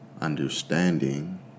understanding